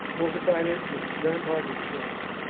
fortified it with rampart and trench,